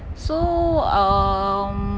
so um